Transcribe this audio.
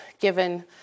given